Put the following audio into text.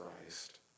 Christ